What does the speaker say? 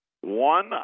one